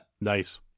Nice